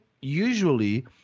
usually